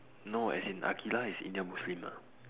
no as in Aqilah is Indian muslim ah